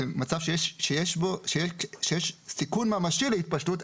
זה מצב שיש סיכון ממשי להתפשטות.